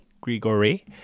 Grigory